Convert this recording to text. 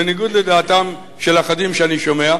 בניגוד לדעתם של אחדים שאני שומע,